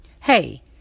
Hey